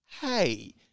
hey